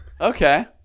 Okay